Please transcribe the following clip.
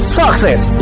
success